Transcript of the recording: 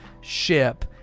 ship